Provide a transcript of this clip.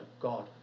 God